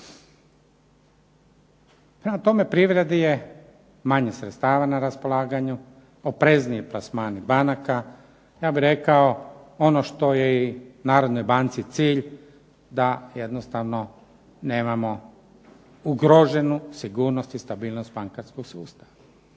tome, privredi je manje sredstava na raspolaganju, oprezniji plasmani banaka. Ja bih rekao ono što je i Narodnoj banci cilj, da jednostavno nemamo ugroženu sigurnost i stabilnost bankarskog sustava.